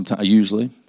usually